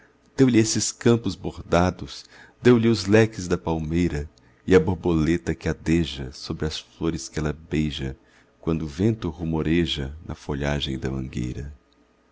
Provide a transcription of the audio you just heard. primeira deu-lhe esses campos bordados deu-lhe os leques da palmeira e a borboleta que adeja sobre as flores que ela beija quando o vento rumoreja na folhagem da mangueira